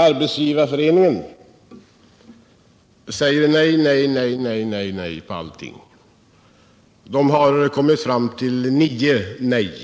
Arbetsgivareföreningen säger nej, nej, nej till allting — Arbetsgivareföreningen har kommit fram till nio nej